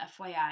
FYI